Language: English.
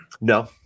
No